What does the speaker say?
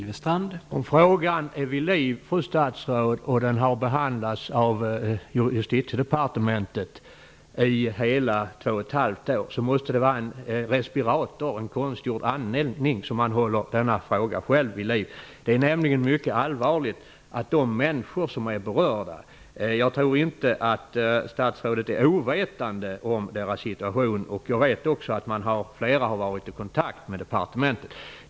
Herr talman! Om frågan är vid liv, fru statsråd, och den har behandlats av Justitiedepartementet i hela två och ett halvt år, måste det vara en respirator, en konstgjord andning, som regeringen själv håller denna fråga vid liv med. Situationen är nämligen mycket allvarlig för de människor som är berörda. Jag tror inte att statsrådet är omedveten om deras situation. Jag vet också att flera av dem varit i kontakt med departementet.